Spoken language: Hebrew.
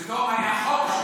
בסדום היה חוק,